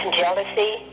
jealousy